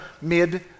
mid